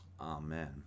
Amen